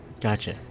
Gotcha